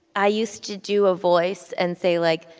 i used to do a voice and say, like,